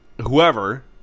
whoever